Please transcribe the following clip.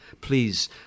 please